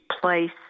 place